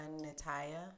Natalia